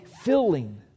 filling